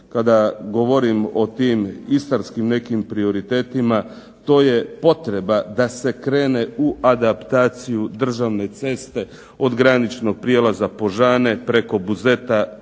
kada govorim o tim istarskim nekim prioritetima, to je potreba da se krene u adaptaciju državne ceste od graničnog prijelaza Požane preko Buzeta do